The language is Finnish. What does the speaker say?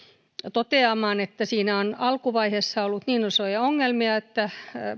toteamaan että siinä on alkuvaiheessa ollut niin isoja ongelmia että